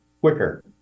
quicker